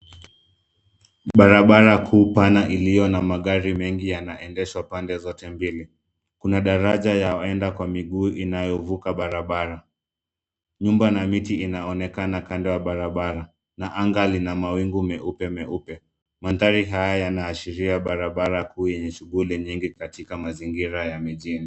Barabara kuu pana iliyo na magari mengi yanaendeshwa pande zote mbili. Kuna daraja ya waenda kwa miguu inayovuka barabara. Nyumba na miti inaonekana kando ya barabara na anga lina mawingu meupe meupe. Mandhari haya yanaashiria barabara kuu yenye shughuli nyingi katika mazingira ya mjini.